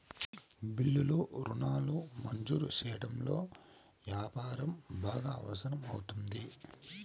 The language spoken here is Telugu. బిల్లులు రుణాలు మంజూరు సెయ్యడంలో యాపారం బాగా అవసరం అవుతుంది